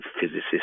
physicist